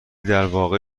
درواقع